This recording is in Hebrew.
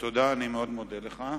אני מאוד מודה לך.